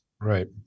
Right